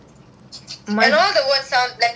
and all the word the letter sound the same